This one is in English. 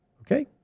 okay